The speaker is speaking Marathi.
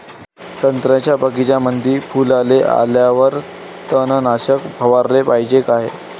संत्र्याच्या बगीच्यामंदी फुलाले आल्यावर तननाशक फवाराले पायजे का?